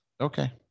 Okay